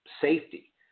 safety